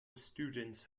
students